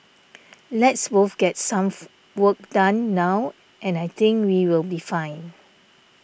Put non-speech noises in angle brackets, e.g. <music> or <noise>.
let's both get some <unintelligible> work done now and I think we will be fine